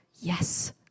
Yes